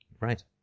Right